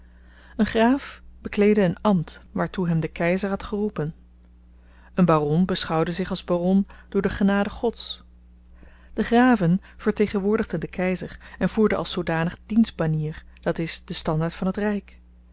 een graaf bekleedde een ambt waartoe hem de keizer had geroepen een baron beschouwde zich als baron door de genade gods de graven vertegenwoordigden den keizer en voerden als zoodanig diens banier d i den standaard van het ryk